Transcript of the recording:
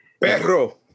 perro